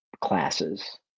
classes